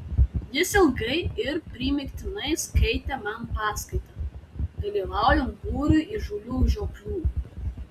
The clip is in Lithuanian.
jis ilgai ir primygtinai skaitė man paskaitą dalyvaujant būriui įžūlių žioplių